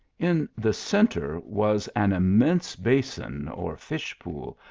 in the centre was an immense basin, or fish-pool,